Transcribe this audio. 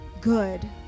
good